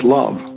love